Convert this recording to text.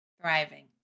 Thriving